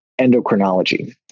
endocrinology